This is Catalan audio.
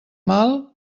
mal